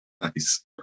Nice